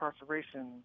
incarceration